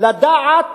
לדעת